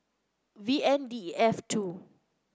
V N D F two